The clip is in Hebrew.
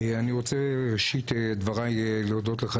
אני רוצה בראשית דבריי להודות לך,